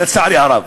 לצערי הרב.